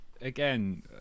again